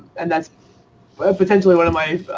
and that's potentially one of my,